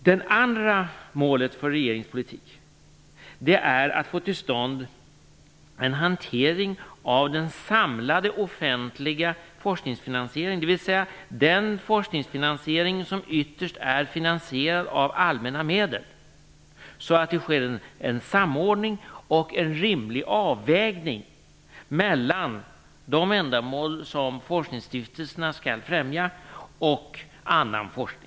Det andra målet för regeringens politik är att få till stånd en hantering av den samlade offentliga forskningsfinansieringen, dvs. den forskningfinansiering som ytterst är bekostad av allmänna medel, så att det sker en samordning och en rimlig avvägning mellan de ändamål som forskningsstiftelserna skall främja och annan forskning.